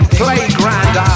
playground